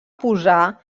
posar